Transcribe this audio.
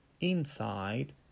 inside